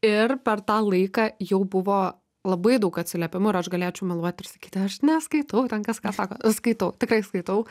ir per tą laiką jau buvo labai daug atsiliepimų ir aš galėčiau meluoti ir sakyti aš neskaitau ten kas ką sako skaitau tikrai skaitau